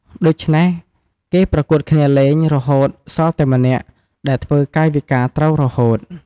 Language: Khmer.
ដូច្នេះ គេប្រកួតគ្នាលេង រហូតនៅសល់តែម្នាក់ ដែលធ្វើកាយវិការត្រូវរហូត។